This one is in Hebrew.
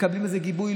מקבלים על זה גיבוי,